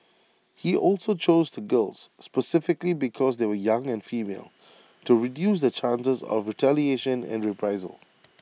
he also chose the girls specifically because they were young and female to reduce the chances of retaliation and reprisal